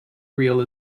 real